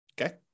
okay